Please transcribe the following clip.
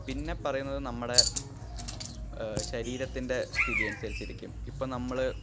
പിന്നെ പറയുന്നത് നമ്മുടെ ശരീരത്തിന്റെ സ്ഥിതി അനുസരിച്ചിരിക്കും ഇപ്പം നമ്മൾ